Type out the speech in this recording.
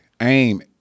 aim